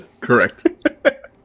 Correct